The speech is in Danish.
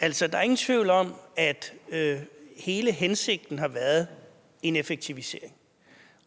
der er ingen tvivl om, at hele hensigten har været en effektivisering.